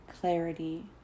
Clarity